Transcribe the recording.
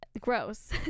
Gross